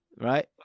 right